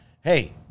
hey